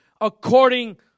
according